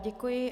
Děkuji.